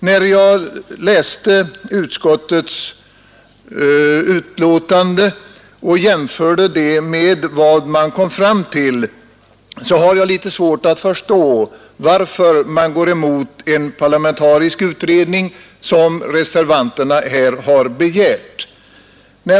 När jag läste utskottets betänkande och jämförde det med vad man kom fram till hade jag litet svårt att förstå varför man går emot den parlamentariska utredning, som reservanterna här har begärt.